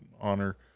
honor